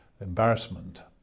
embarrassment